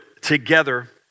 together